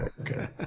okay